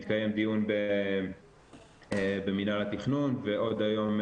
מתקיים דיון במינהל התכנון, ועוד היום,